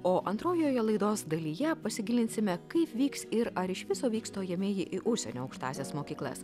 o antrojoje laidos dalyje pasigilinsime kaip vyks ir ar iš viso vyks stojamieji į užsienio aukštąsias mokyklas